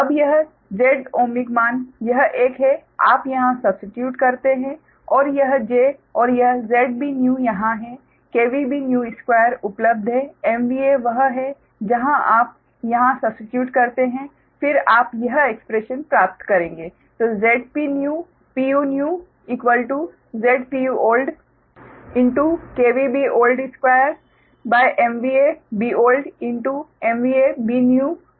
अब यह Z ओमिक मान यह एक है आप यहाँ सब्स्टिट्यूट करते हैं और यह j और यह ZBnew यहाँ है Bnew2 उपलब्ध है MVA वह है जहाँ आप यहाँ सब्स्टिट्यूट करते हैं फिर आप यह एक्स्प्रेशन प्राप्त करेंगे ZpunewZpuoldBold 2MVABoldMVABnewBnew2 यह समीकरण 16 है